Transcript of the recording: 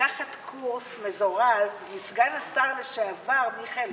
לקחת קורס מזורז מסגן השר לשעבר מיכאל ביטון.